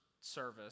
service